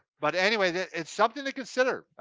but anyway, it's something to consider.